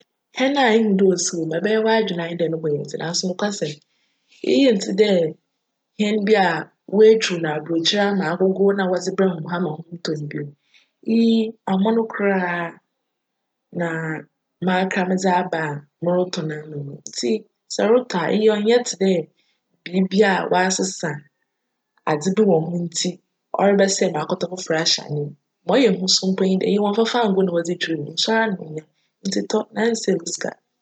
Hjn a osi hc yi ebjyj w'adwen dj no bo yj dzen naaso nokwarsjm nyi iyi ntsi dj hjn bi a woetwuw no aborckyir ama agogow ma wcdze brj hom ha ma wctc no bi. Iyi amon koraa na m'akera medze aba morotcn ama hcn ntsi sj erotc a iyi cntse dj biribi a wcasesa adze bi wc ho ntsi crebjsj ma akctc fofor ahyj ananmu. Ma cyj hu so mpo nye dj, iyi wcmfa fangow na wcdze twuw o, nsu ara na ohia ntsi tc na nnsj wo sika.